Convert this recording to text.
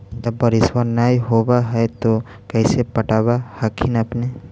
जब बारिसबा नय होब है तो कैसे पटब हखिन अपने?